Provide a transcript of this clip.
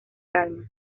calma